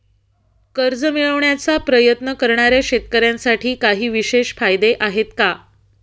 कर्ज मिळवण्याचा प्रयत्न करणाऱ्या शेतकऱ्यांसाठी काही विशेष फायदे आहेत का?